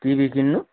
TV किन्नु